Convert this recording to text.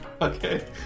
Okay